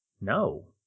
No